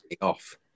off